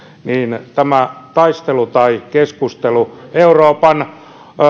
niin tämä taistelu tai keskustelu euroopan